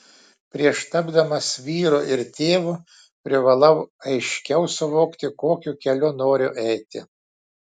prieš tapdamas vyru ir tėvu privalau aiškiau suvokti kokiu keliu noriu eiti